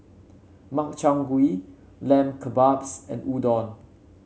Makchang Gui Lamb Kebabs and Udon